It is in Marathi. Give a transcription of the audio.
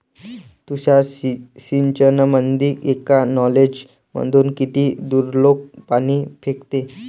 तुषार सिंचनमंदी एका नोजल मधून किती दुरलोक पाणी फेकते?